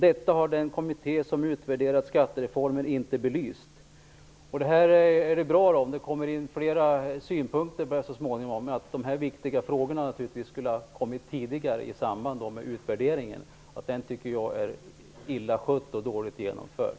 Detta har den kommitté som utvärderat skattereformen inte belyst. Det är bra om det kommer in flera synpunkter så småningom. De här viktiga frågorna skulle naturligtvis ha kommit upp tidigare i samband med utvärderingen. Det tycker jag är illa skött och dåligt genomfört.